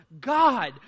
god